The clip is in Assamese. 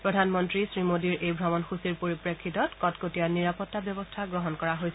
প্ৰধানমন্ত্ৰী শ্ৰীমোডীৰ এই ভ্ৰমণসূচীৰ পৰিপ্ৰেক্ষিতত কটকট্টয়া নিৰাপত্তা ব্যৱস্থা গ্ৰহণ কৰা হৈছে